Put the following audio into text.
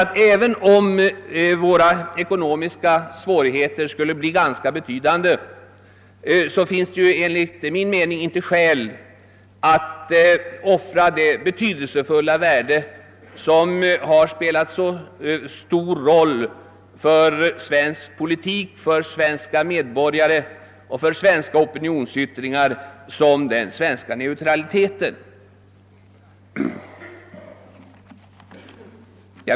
Ty även om våra ekonomiska svårigheter skulle bli betydande finns det enligt min mening ändå inga skäl att offra det som spelat så stor roll i svensk politik och för svensk opinionsyttring, nämligen vår neutralitet.